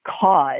cause